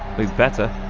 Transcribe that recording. we'd better.